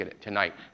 tonight